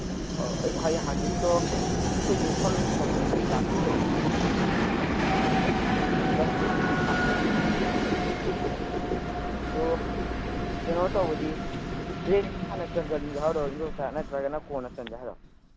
ꯑꯣ ꯑꯩ ꯍꯌꯦꯡ ꯍꯥꯡꯆꯤꯠꯇꯣ ꯑꯩꯈꯣꯏ ꯌꯨꯝꯐꯝ ꯊꯣꯟꯕꯒꯤ ꯂꯥꯛꯄꯒꯤꯗꯣ ꯑꯗꯨꯗ ꯐꯖꯅ ꯁꯥꯟꯅꯔꯁꯦꯕ ꯑꯗꯨ ꯀꯩꯅꯣ ꯇꯧꯕꯗꯤ ꯗ꯭ꯔꯦꯟꯁꯤ ꯍꯥꯟꯅ ꯆꯟꯖꯟꯁꯤ ꯍꯥꯏꯔꯣ ꯏꯟꯗꯣꯝꯆꯥ ꯅꯠꯇ꯭ꯔꯒꯅ ꯀꯣꯟꯅ ꯆꯟꯁꯤ ꯍꯥꯏꯔꯣ